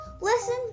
listen